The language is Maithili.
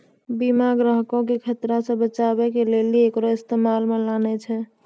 बीमा ग्राहको के खतरा से बचाबै के लेली एकरो इस्तेमाल मे लानै छै